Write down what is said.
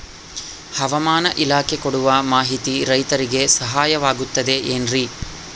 ಹವಮಾನ ಇಲಾಖೆ ಕೊಡುವ ಮಾಹಿತಿ ರೈತರಿಗೆ ಸಹಾಯವಾಗುತ್ತದೆ ಏನ್ರಿ?